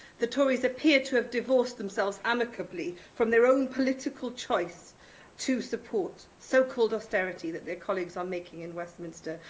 the tories appear to have divorced themselves amicably from their own political choice to support the so-called austerity that their colleagues are making in westminster,